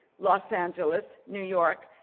los angeles, new york,